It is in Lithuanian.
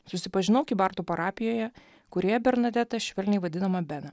susipažinau kybartų parapijoje kurioje bernadeta švelniai vadinama bena